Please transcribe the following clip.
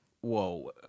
whoa